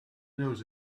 knows